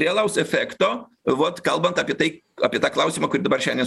realaus efekto vot kalbant apie tai apie tą klausimą kurį dabar šiandien